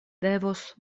devos